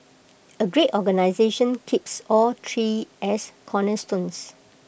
A great organisation keeps all three as cornerstones